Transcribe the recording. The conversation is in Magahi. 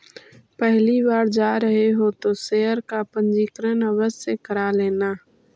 पहली बार जा रहे हो तो शेयर का पंजीकरण आवश्य करा लेना